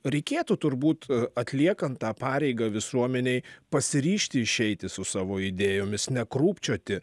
reikėtų turbūt atliekant tą pareigą visuomenei pasiryžti išeiti su savo idėjomis nekrūpčioti